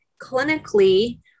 clinically